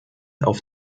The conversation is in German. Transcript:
auf